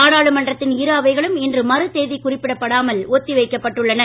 நாடாளுமன்றத்தின் இரு அவைகளும் இன்று மறுதேதி குறிப்பிடப்படாமல் ஒத்தி வைக்கப்பட்டுள்ளன